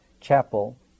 chapel